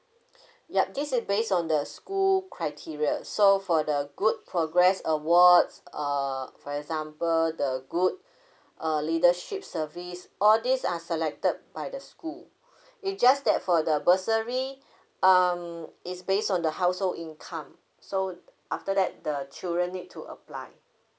yup this is based on the school criteria so for the good progress awards uh for example the good err leadership service all these are selected by the school it just that for the bursary um it's based on the household income so after that the children need to apply